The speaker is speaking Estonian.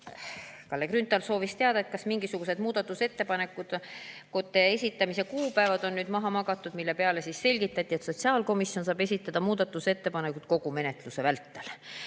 Kalle Grünthal soovis teada, kas mingisugused muudatusettepanekute esitamise kuupäevad on maha magatud, mille peale selgitati, et sotsiaalkomisjon saab esitada muudatusettepanekuid kogu menetluse vältel